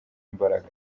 imbaraga